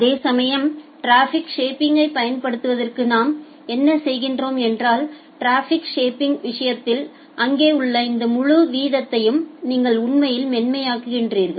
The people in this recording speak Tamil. அதேசமயம் டிராபிக் ஷேப்பிங்யை பயன்படுத்துவதற்கு நாம் என்ன செய்கிறோம் என்றாள் டிராபிக் ஷேப்பிங் விஷயத்தில் அங்கே உள்ள இந்த முழு வீதத்தையும் நீங்கள் உண்மையில் மென்மையாக்குகிறீர்கள்